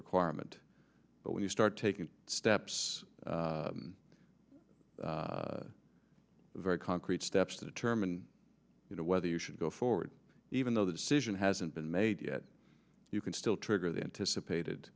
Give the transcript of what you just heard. requirement but when you start taking steps very concrete steps to determine you know whether you should go forward even though the decision hasn't been made yet you can still trigger the anticipated